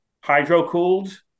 hydro-cooled